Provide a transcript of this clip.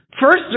First